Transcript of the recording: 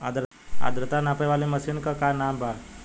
आद्रता नापे वाली मशीन क का नाव बा?